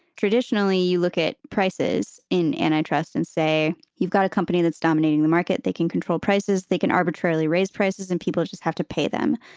traditionally, you look at prices in antitrust and say you've got a company that's dominating the market. they can control prices, they can arbitrarily raise prices and people just have to pay them.